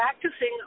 practicing